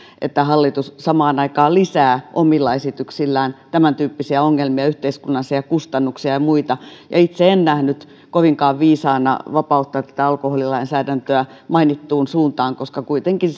että hallitus samaan aikaan lisää omilla esityksillään tämäntyyppisiä ongelmia yhteiskunnassa ja kustannuksia ja muita itse en nähnyt kovinkaan viisaana vapauttaa tätä alkoholilainsäädäntöä mainittuun suuntaan koska kuitenkin